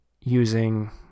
using